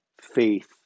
faith